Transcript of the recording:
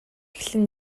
эхлэн